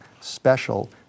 special